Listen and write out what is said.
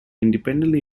independently